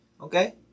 okay